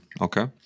okay